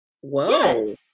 Whoa